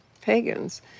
pagans